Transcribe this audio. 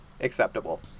Acceptable